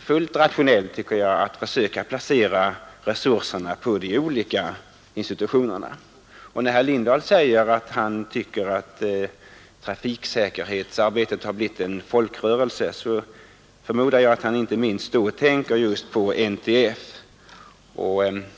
fullt rationellt att försöka placera resurserna fackvis på dessa institutioner. Herr Lindahl tyckte att trafiksäkerhetsarbetet har blivit en folkrörelse, och då förmodar jag att han inte minst tänkte på NTF.